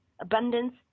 abundance